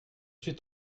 suis